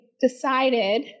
decided